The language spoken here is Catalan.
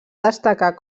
destacar